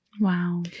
Wow